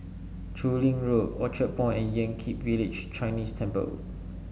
Chu Lin Road Orchard Point and Yan Kit Village Chinese Temple